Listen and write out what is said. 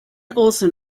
olsen